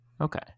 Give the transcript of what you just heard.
okay